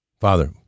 Father